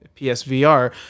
psvr